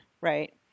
right